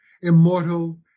immortal